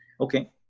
Okay